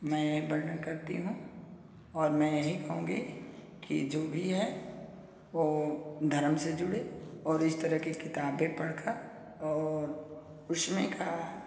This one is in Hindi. मैं वर्णन करती हूँ और मैं यही कहूँगी कि जो भी है वो धर्म से जुड़े और इस तरह की किताबें पढ़कर और उसमें का